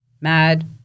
mad